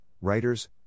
writers